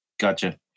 Gotcha